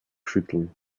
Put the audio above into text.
schütteln